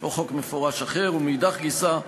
או חוק מפורש אחר, ומאידך גיסא,